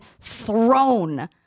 thrown